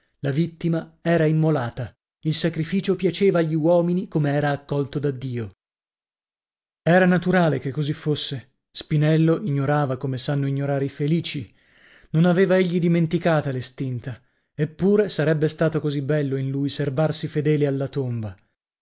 la vittima era immolata il sacrificio piaceva agli uomini com'era accolto da dio era naturale che così fosse spinello ignorava come sanno ignorare i felici non aveva egli dimenticata l'estinta eppure sarebbe stato così bello in lui serbarsi fedele alla tomba